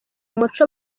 umuco